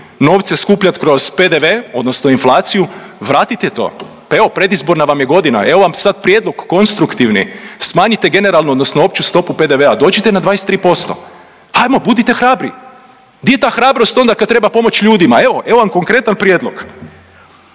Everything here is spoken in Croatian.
novce skupljat kroz PDV odnosno inflaciju, vratite to. Pa evo, predizborna vam je godina, evo sam sad prijedlog konstruktivni. Smanjite generalnu odnosno opću stopu PDV-a, dođite na 23%. Ajmo, budite hrabri. Di je ta hrabrost onda kad treba pomoći ljudima, evo, evo vam konkretan prijedlog.